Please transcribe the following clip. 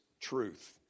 truth